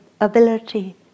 ability